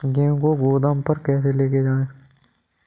गेहूँ को गोदाम पर कैसे लेकर जाएँ?